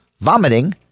vomiting